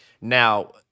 Now